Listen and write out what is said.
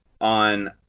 on